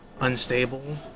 unstable